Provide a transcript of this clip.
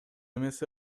эмес